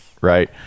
Right